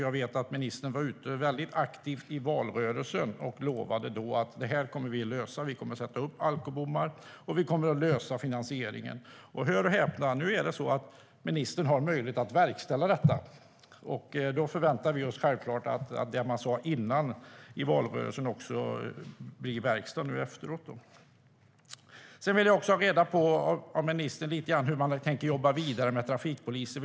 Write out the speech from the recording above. Jag vet att ministern var ute väldigt aktivt i valrörelsen och lovade att man skulle lösa detta genom att sätta upp alkobommar och ordna finansiering. Och hör och häpna, nu är det så att ministern har möjlighet att verkställa det här. Vi förväntar oss självklart att det man sa i valrörelsen blir verkstad nu efteråt. Jag vill också ha reda på av ministern lite grann om hur man tänker jobba vidare med trafikpoliser.